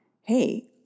hey